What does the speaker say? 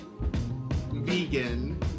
vegan